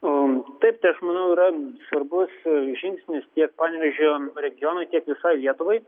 o taip tai aš manau yra svarbus žingsnis tiek panevėžio regionui tiek visai lietuvai